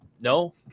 no